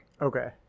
Okay